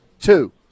two